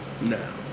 now